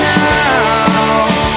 now